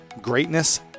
greatness